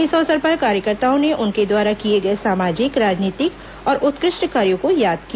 इस अवसर पर कार्यकर्ताओं ने उनके द्वारा किए गए सामाजिक राजनीतिक और उत्कृष्ट कार्यों को याद किया